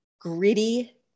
gritty